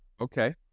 Okay